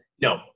No